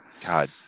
god